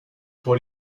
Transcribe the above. pour